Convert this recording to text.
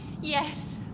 Yes